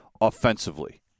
offensively